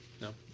No